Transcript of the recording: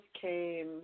came